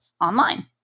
online